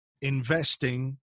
investing